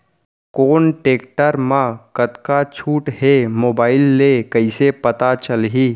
कोन टेकटर म कतका छूट हे, मोबाईल ले कइसे पता चलही?